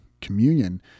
communion